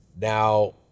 Now